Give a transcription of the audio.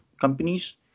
companies